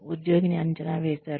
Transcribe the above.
ఉద్యోగిని అంచనా వేశారు